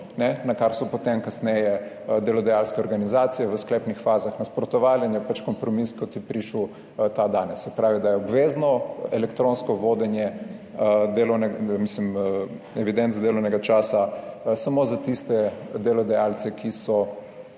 na kar so potem kasneje delodajalske organizacije v sklepnih fazah nasprotovale in je kompromis, kot je prišel ta danes, se pravi, da je obvezno elektronsko vodenje delovne, mislim, evidence delovnega časa samo za tiste delodajalce, ki so